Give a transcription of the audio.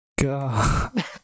God